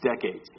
decades